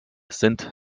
sind